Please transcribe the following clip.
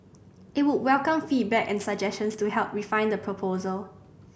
it would welcome feedback and suggestions to help refine the proposal